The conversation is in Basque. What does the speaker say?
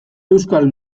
euskal